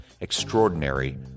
Extraordinary